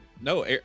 No